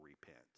repent